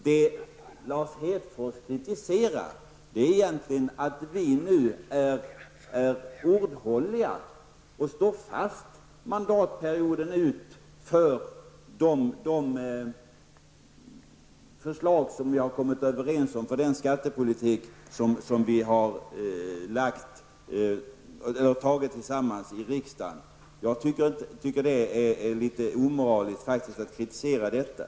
Det Lars Hedfors kritiserar är att vi håller vårt ord och står fast mandatperioden ut vid de förslag som socialdemokraterna och folkpartiet har kommit överens om och för den skattepolitik som riksdagen har beslutat om. Jag tycker att det är litet omoraliskt att kritisera detta.